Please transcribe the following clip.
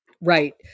Right